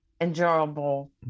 enjoyable